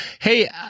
Hey